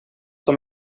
dem